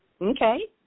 Okay